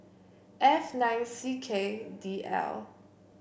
F nine C K D L